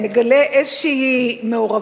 מגלה איזו מעורבות,